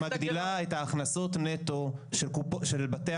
החקיקה הנוכחית מגדילה את ההכנסות נטו של בתי